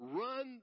run